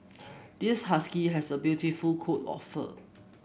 this husky has a beautiful coat of fur